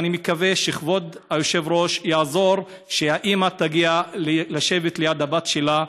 ואני מקווה שכבוד היושב-ראש יעזור שהאימא תגיע לשבת ליד הבת שלה.